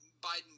Biden